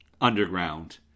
Underground